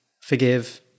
forgive